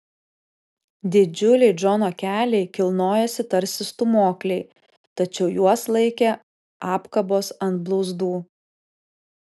didžiuliai džono keliai kilnojosi tarsi stūmokliai tačiau juos laikė apkabos ant blauzdų